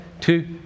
two